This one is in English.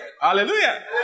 Hallelujah